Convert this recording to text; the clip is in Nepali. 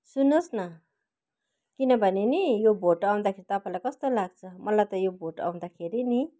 सुन्नुहोस् न किनभने नि यो भोट आउँदाखेरि तपाईँलाई कस्तो लाग्छ मलाई त यो भोट आउँदाखेरि नि